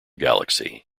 galaxy